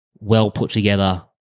well-put-together